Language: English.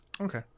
Okay